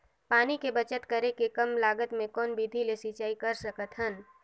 पानी के बचत करेके कम लागत मे कौन विधि ले सिंचाई कर सकत हन?